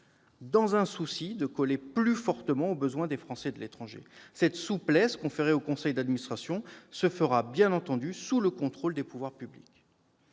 dans un souci de coller plus fortement aux besoins des Français de l'étranger. Cette souplesse conférée au conseil d'administration interviendra bien entendu sous le contrôle des pouvoirs publics.